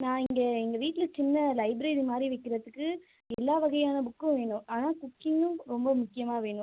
நான் இங்கே எங்கள் வீட்டில் சின்ன லைப்ரரி மாதிரி வைக்கிறதுக்கு எல்லா வகையான புக்கும் வேணும் ஆனால் குக்கிங்கும் ரொம்ப முக்கியமாக வேணும்